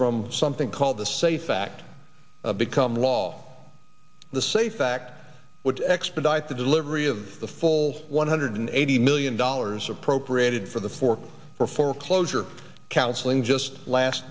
from something called the safe fact become law the safe fact which expedite the delivery of the full one hundred eighty million dollars appropriated for the fork for foreclosure counseling just last